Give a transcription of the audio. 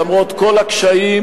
למרות כל הקשיים,